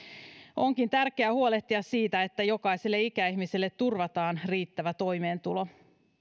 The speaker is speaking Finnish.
onkin tärkeää huolehtia siitä että jokaiselle ikäihmiselle turvataan riittävä toimeentulo